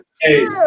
Hey